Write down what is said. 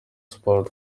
sports